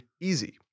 easy